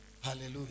Hallelujah